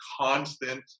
constant